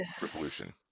Revolution